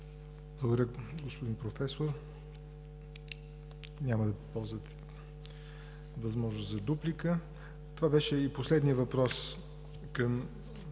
Ви, господин Професор. Няма да ползвате възможност за дуплика. Това беше последният въпрос към